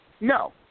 No